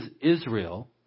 Israel